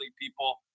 people